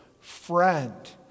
friend